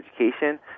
education